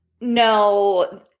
no